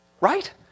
Right